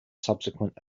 subsequent